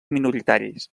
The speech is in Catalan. minoritaris